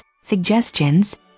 suggestions